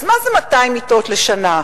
אז מה זה 200 מיטות לשנה?